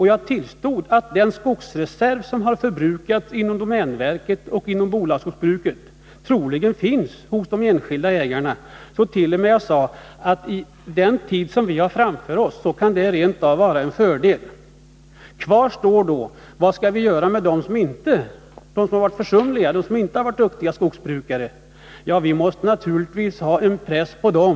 Jag tillstod att den skogsreserv som har förbrukats inom domänverket och inom bolagsskogsbruket troligen finns hos de enskilda ägarna, och jag sadet.o.m. att under den tid som vi har framför oss kan det rent av vara en fördel. Kvar står då frågan: Vad skall vi gör med dem som har varit försumliga och som inte har varit duktiga skogsbrukare? Ja, vi måste naturligtvis ha en press på dem.